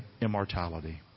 immortality